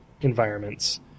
environments